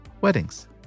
weddings